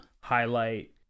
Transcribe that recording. highlight